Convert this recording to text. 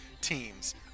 teams